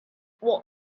what